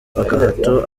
agahato